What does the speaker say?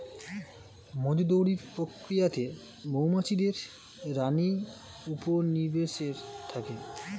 মধু তৈরির প্রক্রিয়াতে মৌমাছিদের রানী উপনিবেশে থাকে